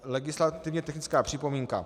Legislativně technická připomínka.